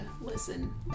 listen